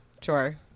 sure